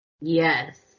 Yes